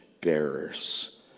bearers